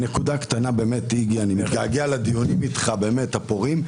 אני מתגעגע לדיונים אתך הפורים.